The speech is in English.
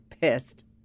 pissed